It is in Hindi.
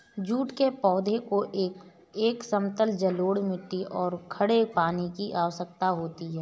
जूट के पौधे को एक समतल जलोढ़ मिट्टी और खड़े पानी की आवश्यकता होती है